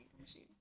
machine